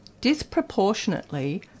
disproportionately